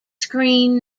screen